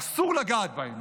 אסור לגעת בהם.